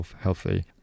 healthy